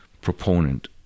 proponent